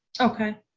Okay